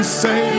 say